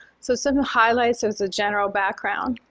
so some highlights as a general background,